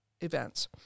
events